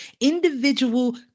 individual